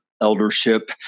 eldership